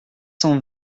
cent